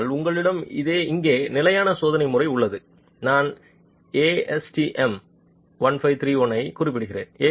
ஆனால் உங்களிடம் இங்கே நிலையான சோதனை முறை உள்ளது நான் ஏஎஸ்டிஎம் 1531 ஐக் குறிப்பிடுகிறேன்